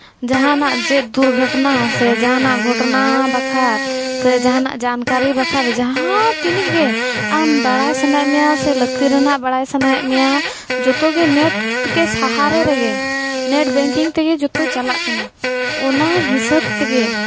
ᱡᱟᱦᱟᱱᱟᱜ ᱪᱮᱫ ᱫᱩᱨᱜᱷᱚᱴᱚᱱᱟ ᱥᱮ ᱡᱟᱦᱟᱱᱟᱜ ᱜᱷᱚᱴᱚᱱᱟ ᱵᱟᱠᱷᱨᱟ ᱥᱮ ᱡᱟᱦᱟᱱᱟᱜ ᱡᱟᱱᱠᱟᱨᱤ ᱵᱟᱠᱷᱨᱟ ᱡᱟᱦᱟᱸ ᱛᱤᱱᱟᱹᱜ ᱜᱮ ᱟᱢ ᱵᱟᱲᱟᱭ ᱥᱟᱱᱟᱭᱮᱫ ᱢᱮᱭᱟ ᱥᱮ ᱞᱟᱹᱠᱛᱤ ᱨᱮᱱᱟᱜ ᱵᱟᱲᱟᱭ ᱥᱟᱱᱟᱭᱮᱫ ᱢᱮᱭᱟ ᱡᱚᱛᱚᱜᱮ ᱱᱮᱴ ᱥᱟᱦᱟᱨᱟ ᱨᱮᱜᱮ ᱱᱮᱴ ᱵᱮᱝᱠᱤᱝ ᱛᱮᱜᱮ ᱡᱚᱛᱚ ᱪᱟᱞᱟᱜ ᱠᱟᱱᱟ ᱚᱱᱟ ᱦᱤᱥᱟᱹᱵ ᱛᱮᱜᱮ